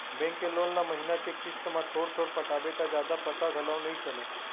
bank के loan ल महिना के किस्त म थोर थोर पटाबे त जादा पता घलौ नइ चलय